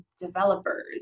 developers